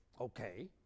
Okay